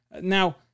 Now